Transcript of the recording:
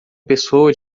pessoa